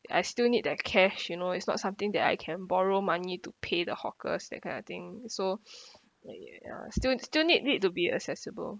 I still need the cash you know it's not something that I can borrow money to pay the hawkers that kind of thing so ya still still need it to be accessible